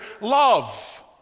love